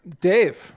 Dave